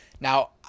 Now